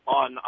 on